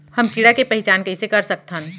हम कीड़ा के पहिचान कईसे कर सकथन